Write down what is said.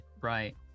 right